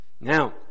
Now